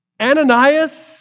Ananias